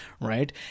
right